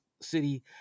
City